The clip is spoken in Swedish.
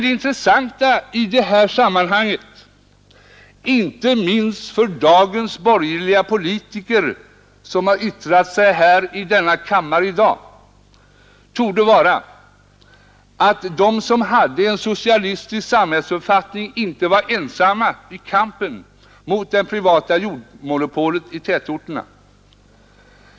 Det intressanta i detta sammanhang, inte minst för dagens borgerliga politiker, som har yttrat sig i denna kammare i dag, torde emellertid vara att de som hade en socialistisk samhällsuppfattning inte var ensamma i kampen mot det privata jordmonopolet i tätorterna.